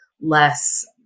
less